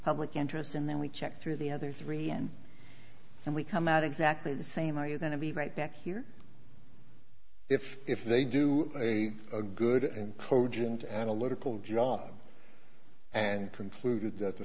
public interest and then we check through the other three and then we come out exactly the same are you going to be right back here if if they do a good and cogent analytical job and concluded that the